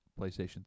PlayStation